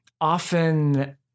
often